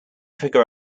figure